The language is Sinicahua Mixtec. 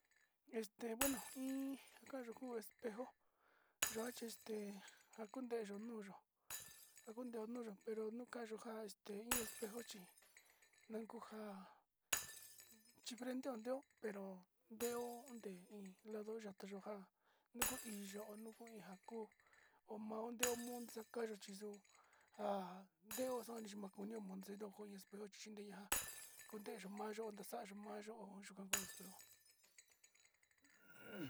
In nu kunteyo mayo chi kasi nti´i ñayivi kanteva´a chi kanu ja kunteyo mayo ore ntinu kiñiyo sava jito yo no vaani kentoyo jin in sama ntakiñuyo.